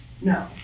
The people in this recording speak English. no